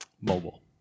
Mobile